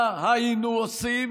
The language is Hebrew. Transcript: מה היינו עושים